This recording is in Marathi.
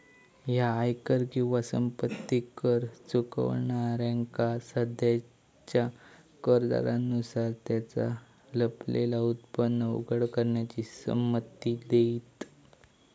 ह्या आयकर किंवा संपत्ती कर चुकवणाऱ्यांका सध्याच्या कर दरांनुसार त्यांचा लपलेला उत्पन्न उघड करण्याची संमती देईत